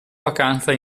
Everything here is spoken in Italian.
vacanza